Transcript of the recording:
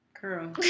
Girl